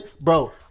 Bro